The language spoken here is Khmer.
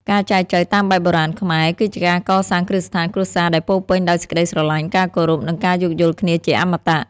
ការចែចូវតាមបែបបុរាណខ្មែរ គឺជាការកសាង "គ្រឹះស្ថានគ្រួសារ" ដែលពោរពេញដោយសេចក្ដីស្រឡាញ់ ការគោរព និងការយោគយល់គ្នាជាអមតៈ។